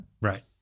Right